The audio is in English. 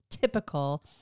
typical